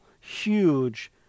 huge